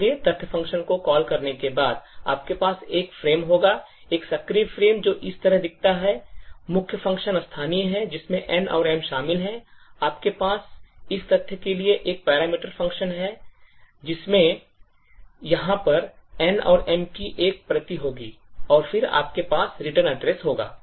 इसलिए तथ्य function को कॉल करने के बाद आपके पास एक फ़्रेम होगा एक सक्रिय फ़्रेम जो इस तरह दिखता है मुख्य function स्थानीय हैं जिसमें N और M शामिल हैं आपके पास इस तथ्य के लिए एक parameter function में होगा जो यहां फिर से N और M की एक प्रति होगी और फिर आपके पास रिटर्न address होगा